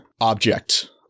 object